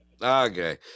Okay